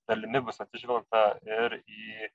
dalimi bus atsižvelgta ir į